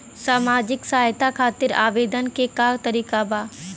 सामाजिक सहायता खातिर आवेदन के का तरीका बा?